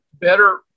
better